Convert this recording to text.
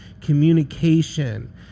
communication